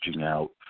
out